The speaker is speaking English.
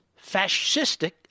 fascistic